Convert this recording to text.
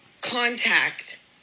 contact